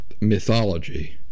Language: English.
mythology